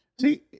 See